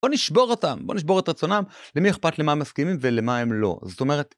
בוא נשבור אותם, בוא נשבור את רצונם, למי אכפת למה הם מסכימים ולמה הם לא, זאת אומרת